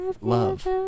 love